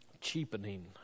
cheapening